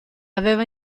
aveva